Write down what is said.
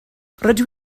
rydw